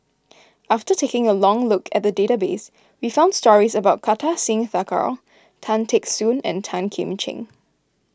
after taking a look at the database we found stories about Kartar Singh Thakral Tan Teck Soon and Tan Kim Ching